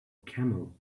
camel